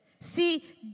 See